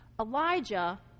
Elijah